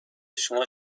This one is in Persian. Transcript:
شما